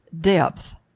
depth